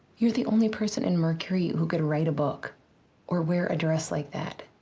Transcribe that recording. you're the only person in mercury who could write a book or wear a dress like that.